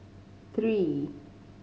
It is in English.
three